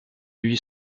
lui